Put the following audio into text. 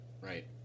Right